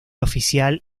oficial